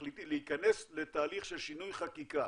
מחליטים להיכנס לתהליך של שינוי חקיקה